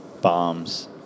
bombs